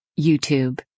YouTube